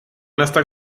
nästan